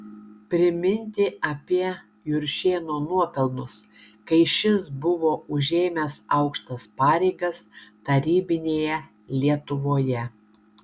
priminti apie juršėno nuopelnus kai šis buvo užėmęs aukštas pareigas tarybinėje lietuvoje